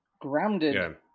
grounded